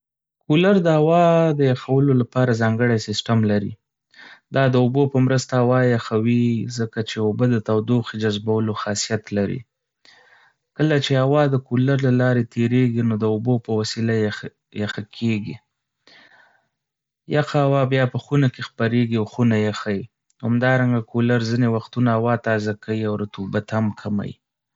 کولر د هوا د یخولو لپاره ځانګړی سیسټم لري. دا د اوبو په مرسته هوا یخوي، ځکه چې اوبه د تودوخې جذبولو خاصیت لري. کله چې هوا د کولر له لارې تېریږي، نو د اوبو په وسیله یخه کېږي. یخه هوا بیا په خونه کې خپریږي او خونه یخوي. همدارنګه، کولر ځینې وختونه هوا تازه کوي او رطوبت هم کموي.